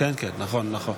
33 בעד, 50 נגד.